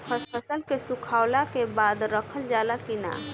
फसल के सुखावला के बाद रखल जाला कि न?